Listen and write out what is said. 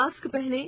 mask पहनें